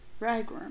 ragworm